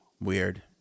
Weird